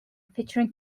featuring